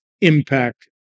impact